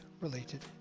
related